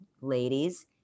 ladies